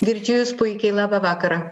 girdžiu jus puikiai labą vakarą